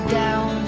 down